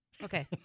Okay